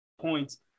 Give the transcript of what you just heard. points